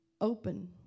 Open